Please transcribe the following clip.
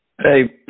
Hey